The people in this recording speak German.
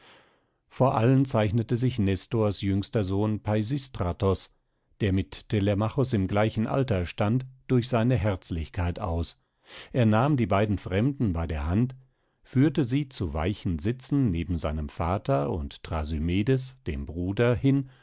vor allen zeichnete sich nestors jüngster sohn peisistratos der mit telemachos in gleichem alter stand durch seine herzlichkeit aus er nahm die beiden fremden bei der hand führte sie zu weichen sitzen neben seinem vater und thrasymedes dem bruder hin